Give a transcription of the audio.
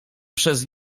przez